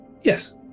Yes